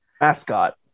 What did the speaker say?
mascot